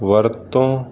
ਵਰਤੋਂ